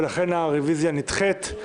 ולכן הרביזיה נדחית.